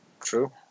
True